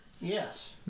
yes